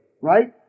right